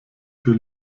für